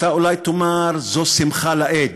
אתה אולי תאמר שזו שמחה לאיד